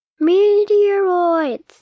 Meteoroids